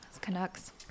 Canucks